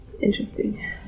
Interesting